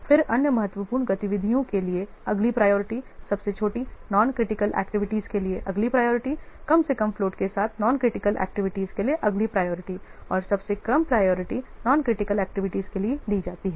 फिर अन्य महत्वपूर्ण गतिविधियों के लिए अगली प्रायोरिटी सबसे छोटी नॉन क्रिटिकल एक्टिविटीज के लिए अगली प्रायोरिटी कम से कम फ्लोट के साथ नॉन क्रिटिकल एक्टिविटीज के लिए अगली प्रायोरिटीऔर सबसे कम प्रायोरिटी नॉन क्रिटिकल एक्टिविटीज के लिए दी जाती है